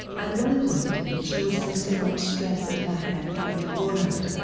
at one point, she was under so much stress that her hair began to fall out.